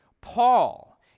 Paul